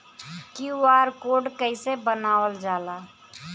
QR code कइसे बनवाल जाला?